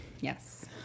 Yes